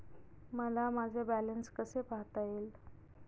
मला माझे बॅलन्स कसे पाहता येईल?